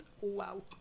Wow